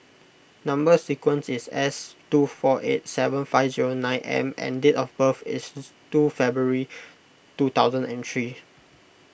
Number Sequence is S two four eight seven five zero nine M and date of birth is is two February two thousand and three